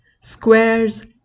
Squares